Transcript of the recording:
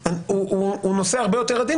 נירית,